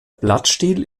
blattstiel